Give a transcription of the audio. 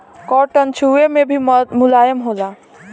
cotton छुवे मे भी मुलायम होला